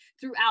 throughout